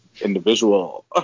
individual